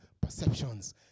perceptions